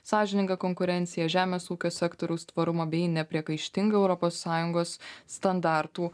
sąžiningą konkurenciją žemės ūkio sektoriaus tvarumą bei nepriekaištingą europos sąjungos standartų